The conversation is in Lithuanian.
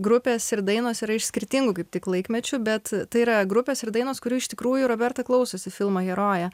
grupės ir dainos yra iš skirtingų kaip tik laikmečių bet tai yra grupės ir dainos kurių iš tikrųjų roberta klausosi filmo herojė